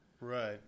Right